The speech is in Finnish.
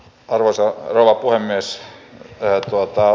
arvoisa rouva puhemies